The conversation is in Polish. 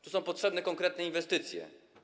Tu są potrzebne konkretne inwestycje.